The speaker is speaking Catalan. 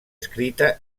escrita